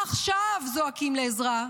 עכשיו זועקים לעזרה,